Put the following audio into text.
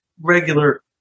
regular